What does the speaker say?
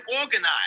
organized